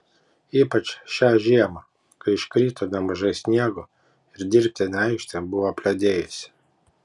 ypač šią žiemą kai iškrito nemažai sniego ir dirbtinė aikštė buvo apledėjusi